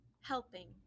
Helping